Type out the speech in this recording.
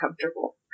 comfortable